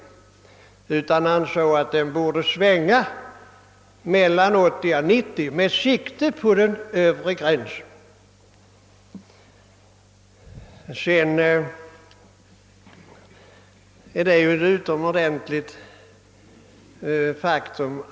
Jag framförde där att självförsörjningsgraden borde svänga mellan 80 och 90 procent, med sikte på den övre gränsen.